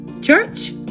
Church